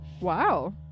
wow